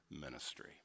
ministry